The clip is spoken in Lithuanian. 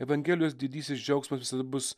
evangelijos didysis džiaugsmas visada bus